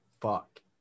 Fuck